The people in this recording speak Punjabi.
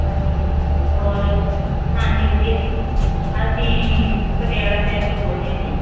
ਹਾਂਜੀ ਹੋਰ ਹਾਂਜੀ ਵਧੀਆ ਅਸੀਂ ਪਟਿਆਲਾ ਸ਼ਹਿਰ ਤੋਂ ਬੋਲਦੇ ਹਾਂ ਜੀ